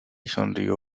sonrió